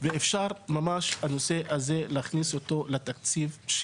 ואפשר להכניס את הטיפול בנושא הזה אל התקציב.